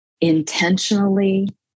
intentionally